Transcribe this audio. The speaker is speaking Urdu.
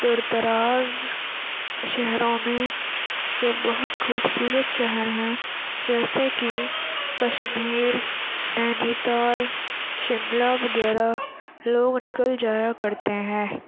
دور دراز شہروں میں جو بہت خوبصورت شہر ہیں جیسے کہ کشمیر نینیتال شملہ وغیرہ لوگ نکل جایا کرتے ہیں